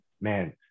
man